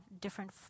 different